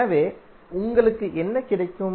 எனவே உங்களுக்கு என்ன கிடைக்கும்